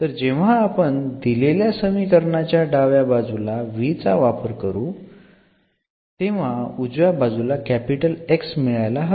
तर जेव्हा आपण दिलेल्या समीकरणाच्या डाव्या बाजूला चा वापर करू उजव्या बाजूला X मिळायला हवे